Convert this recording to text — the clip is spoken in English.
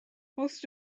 most